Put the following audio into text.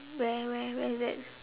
where where where is that